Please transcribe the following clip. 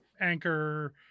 Anchor